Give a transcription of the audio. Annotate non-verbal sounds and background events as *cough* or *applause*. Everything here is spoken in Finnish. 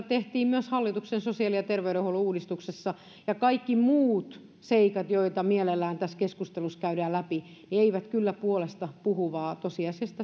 *unintelligible* tehtiin myös hallituksen sosiaali ja terveydenhuollon uudistuksessa kaikki muut seikat joita mielellään tässä keskustelussa käydään läpi eivät kyllä puolesta puhu vaan tosiasiassa *unintelligible*